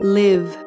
live